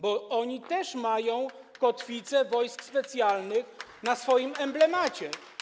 Bo oni też mają kotwicę wojsk specjalnych na swoim emblemacie.